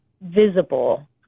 visible